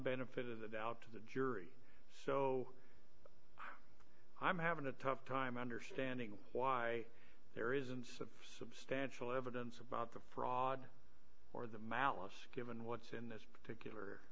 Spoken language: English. benefit of the doubt to the jury so i'm having a tough time understanding why there isn't some substantial evidence about the fraud or the malice given what's in this